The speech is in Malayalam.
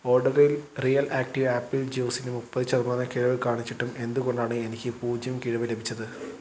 ഓർഡറിൽ റിയൽ ആക്റ്റീവ് ആപ്പിൾ ജ്യൂസിന് മുപ്പത് ശതമാനം കിഴിവ് കാണിച്ചിട്ടും എന്തുകൊണ്ടാണ് എനിക്ക് പൂജ്യം കിഴിവ് ലഭിച്ചത്